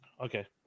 Okay